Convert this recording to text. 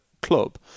club